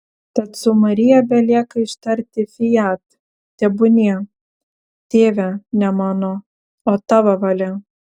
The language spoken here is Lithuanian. tad su marija belieka ištarti fiat tebūnie tėve ne mano o tavo valia